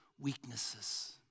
weaknesses